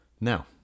now